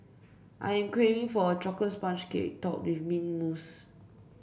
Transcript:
I am craving for a chocolate sponge cake topped with mint mousse